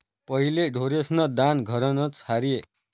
पहिले ढोरेस्न दान घरनंच र्हाये